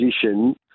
position